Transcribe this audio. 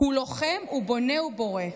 הוא לוחם ובונה ובורא!